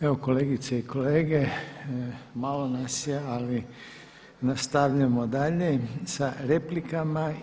Evo kolegice i kolege, malo nas ima ali nastavljamo dalje sa replikama.